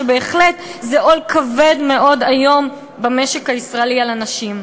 שהם בהחלט עול כבד מאוד היום במשק הישראלי על אנשים.